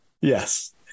yes